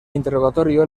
interrogatorio